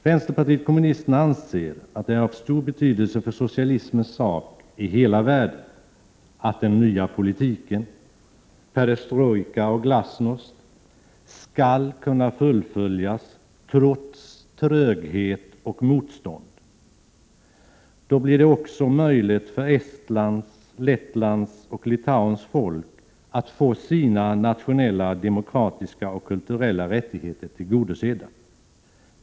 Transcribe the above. Vänsterpartiet kommunisterna anser att det är av stor betydelse för socialismens sak i hela världen att den nya politiken, perestrojka och glasnost, skall kunna fullföljas trots tröghet och motstånd. Då blir det också möjligt för Estlands, Lettlands och Litauens folk att få sina nationella demokratiska och kulturella rättigheter tillgodosedda.